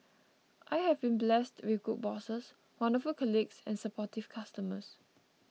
I have been blessed with good bosses wonderful colleagues and supportive customers